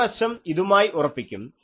ഒരു വശം ഇതുമായി ഉറപ്പിയ്ക്കും